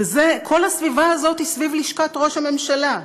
כל הסביבה הזאת היא סביב לשכת ראש הממשלה,